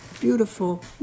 beautiful